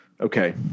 Okay